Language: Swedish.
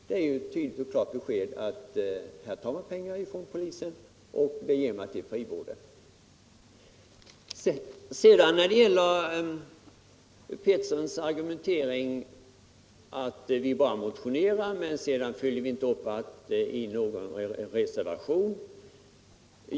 Sedan vill jag säga några ord med anledning av herr Petterssons i Västerås argumentering om att vi har motionerat men sedan inte följt upp detta med någon reservation.